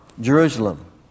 Jerusalem